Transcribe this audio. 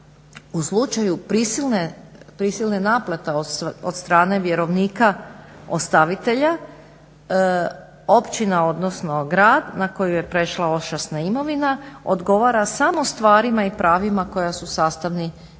u slučaju prisilne naplate od strane vjerovnika ostavitelja općina, odnosno grad na koju je prešla imovina odgovara samo stvarima i pravima koja su sastavni dio